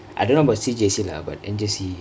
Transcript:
I don't know about C_J_C lah but N_J_C